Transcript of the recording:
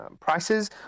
prices